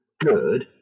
good